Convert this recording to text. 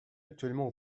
actuellement